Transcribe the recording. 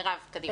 מרב, בבקשה.